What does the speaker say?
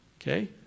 okay